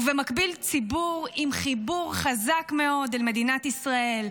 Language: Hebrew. ובמקביל, ציבור עם חיבור חזק מאוד אל מדינת ישראל,